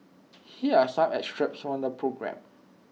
here are some excerpts from the programme